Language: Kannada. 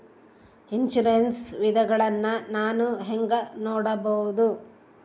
ಇನ್ಶೂರೆನ್ಸ್ ವಿಧಗಳನ್ನ ನಾನು ಹೆಂಗ ನೋಡಬಹುದು?